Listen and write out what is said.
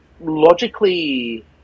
logically